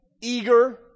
eager